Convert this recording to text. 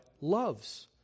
loves